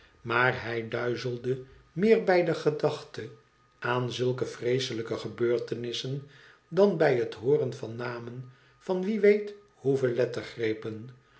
maar hij duizelde meer bij de gedachte aan zulke vreeselijke gebeurtenissen dan bij het hooren van namen van wie weet hoeveel